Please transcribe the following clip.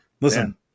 listen